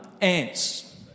ants